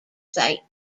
site